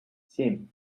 семь